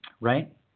right